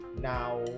now